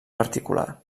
particular